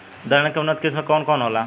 दलहन के उन्नत किस्म कौन कौनहोला?